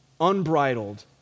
unbridled